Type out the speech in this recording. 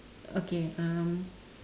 okay um